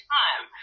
time